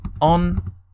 On